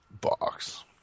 Box